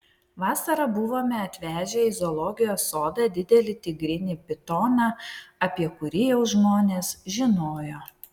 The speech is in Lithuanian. vasarą buvome atvežę į zoologijos sodą didelį tigrinį pitoną apie kurį jau žmonės žinojo